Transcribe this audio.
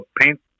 paint